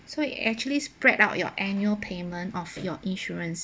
so it actually spread out your annual payment of your insurance